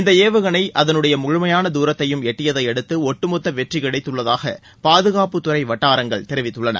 இந்த ஏவுகனை அதனுடை முழுமையான தூரத்தையும் எட்டியதையடுத்து ஒட்டுமொத்த வெற்றிக் கிடைத்துள்ளாதாக பாதுகாப்புத்துறை வட்டாரங்கள் தெரிவித்துள்ளன